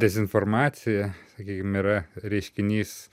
dezinformacija sakykim yra reiškinys